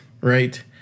right